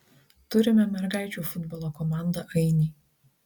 turime mergaičių futbolo komandą ainiai